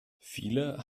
viele